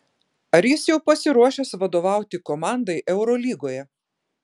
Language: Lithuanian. ar jis jau pasiruošęs vadovauti komandai eurolygoje